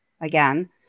Again